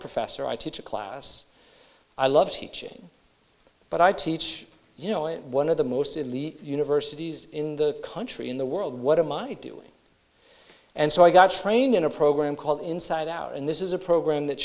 professor i teach a class i love teaching but i teach you know in one of the most elite universities in the country in the world what i might do and so i got trained in a program called inside out and this is a program that